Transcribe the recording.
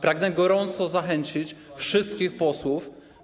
Pragnę gorąco zachęcić wszystkich posłów.